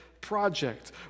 project